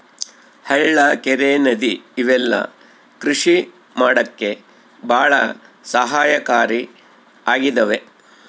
ಹಳ್ಳ ಕೆರೆ ನದಿ ಇವೆಲ್ಲ ಕೃಷಿ ಮಾಡಕ್ಕೆ ಭಾಳ ಸಹಾಯಕಾರಿ ಆಗಿದವೆ